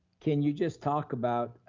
can you just talk about,